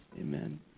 amen